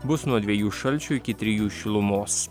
bus nuo dviejų šalčio iki trijų šilumos